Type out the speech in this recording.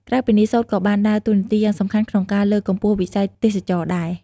ក្រៅពីនេះ សូត្រក៏បានដើរតួនាទីយ៉ាងសំខាន់ក្នុង ការលើកកម្ពស់វិស័យទេសចរណ៍ដែរ។